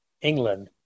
England